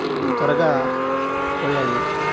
త్వరగా పోయాయి